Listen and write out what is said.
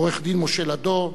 עורך-דין משה לדור,